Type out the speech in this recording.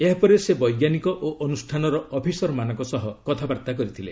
ଏହାପରେ ସେ ବୈଜ୍ଞାନିକ ଓ ଅନୁଷ୍ଠାନର ଅଫିସରମାନଙ୍କ ସହ କଥାବାର୍ତ୍ତା କରିଥିଲେ